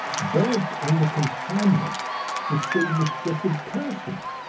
birds under confinement distinguish different persons,